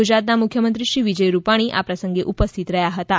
ગુજરાતના મુખ્યમંત્રી શ્રી વિજય રૂપાણી આ પ્રસંગે ઉપસ્થિત રહ્યાં હતાં